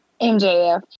MJF